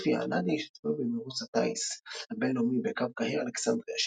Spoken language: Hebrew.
לוטפיה א-נאדי השתתפה במרוץ הטיס הבינלאומי בקו קהיר–אלכסנדריה,